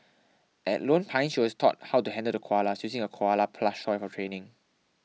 at Lone Pine she was taught how to handle the koalas using a koala plush toy for training